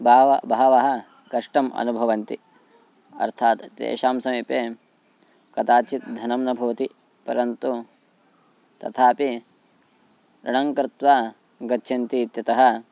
बहवः बहवः कष्टम् अनुभवन्ति अर्थात् तेषां समीपे कदाचित् धनं न भवति परन्तु तथापि ऋणं कृत्वा गच्छन्तीत्यतः